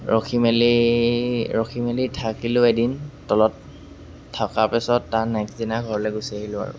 ৰখি মেলি ৰখি মেলি থাকিলোঁ এদিন তলত থকা পিছত তাৰ নেক্সট দিনা ঘৰলে গুচি আহিলোঁ আৰু